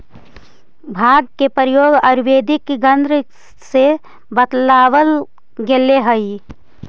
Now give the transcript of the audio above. भाँग के प्रयोग आयुर्वेदिक ग्रन्थ में बतावल गेलेऽ हई